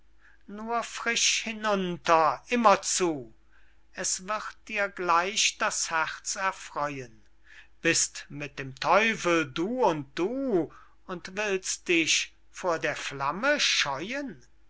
nur frisch hinunter immer zu es wird dir gleich das herz erfreuen bist mit dem teufel du und du und willst dich vor der flamme scheuen